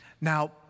Now